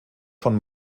von